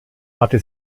hatte